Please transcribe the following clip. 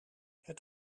het